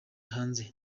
hanze